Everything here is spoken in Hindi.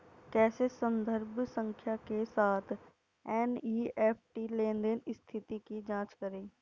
कैसे संदर्भ संख्या के साथ एन.ई.एफ.टी लेनदेन स्थिति की जांच करें?